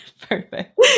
Perfect